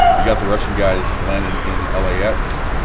you got the russian guys landing in lax.